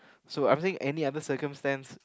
so I'm saying any other circumstances